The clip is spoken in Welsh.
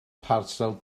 parsel